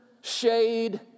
shade